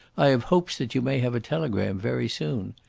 i have hopes that you may have a telegram very soon.